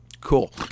Cool